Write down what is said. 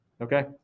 Okay